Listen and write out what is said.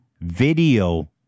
video